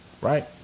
right